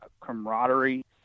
camaraderie